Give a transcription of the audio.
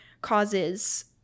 causes